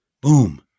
Boom